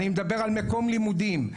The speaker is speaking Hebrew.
אני מדבר על מקום לימודים.